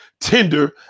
Tinder